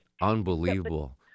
Unbelievable